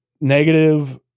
negative